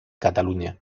cataluña